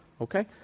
okay